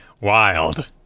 Wild